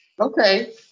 Okay